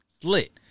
slit